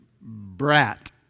Brat